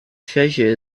treasure